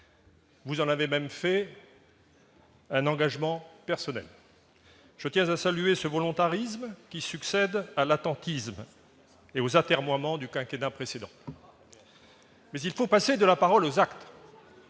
Vous en avez même fait. Un engagement personnel, je tiens à saluer ce volontarisme qui succède à l'attentisme et aux atermoiements du quinquennat précédent mais il faut passer de la parole aux actes,